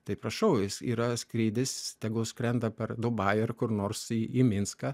tai prašau jis yra skrydis tegu skrenda per dubajų ar kur nors į minską